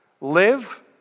live